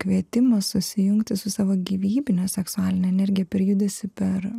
kvietimas susijungti su savo gyvybine seksualine energija per judesį per